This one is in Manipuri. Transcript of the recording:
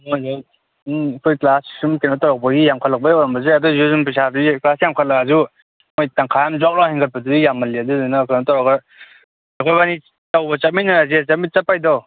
ꯑꯩꯈꯣꯏ ꯀ꯭ꯂꯥꯁ ꯁꯨꯝ ꯀꯩꯅꯣ ꯇꯧꯔꯛꯄꯒꯤ ꯌꯥꯝ ꯈꯠꯂꯛꯄꯒꯤ ꯑꯣꯏꯔꯝꯕꯁꯨ ꯌꯥꯏ ꯑꯗꯨꯒꯤꯁꯨ ꯁꯨꯝ ꯄꯩꯁꯥꯗꯤ ꯀ꯭ꯂꯥꯁ ꯌꯥꯝꯈꯠꯂꯛꯑꯁꯨ ꯃꯣꯏ ꯇꯪꯈꯥꯏꯃ ꯖꯣꯞ ꯂꯥꯎꯅ ꯍꯦꯟꯒꯠꯄꯗꯨꯗꯤ ꯌꯥꯝꯃꯜꯂꯦ ꯑꯗꯨꯗꯨꯅ ꯀꯩꯅꯣ ꯇꯧꯔꯒ ꯑꯩꯈꯣꯏꯕꯅꯤ ꯇꯧꯕ ꯆꯠꯃꯤꯟꯅꯔꯁꯦ ꯆꯠꯄꯩꯗꯣ